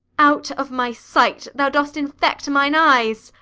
out of my sight! thou dost infect mine eyes.